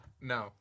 No